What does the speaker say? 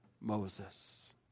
Moses